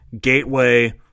Gateway